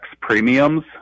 Premiums